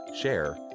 share